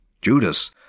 Judas